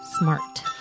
smart